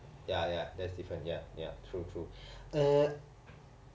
ya ya that's different ya ya true true uh